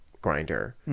grinder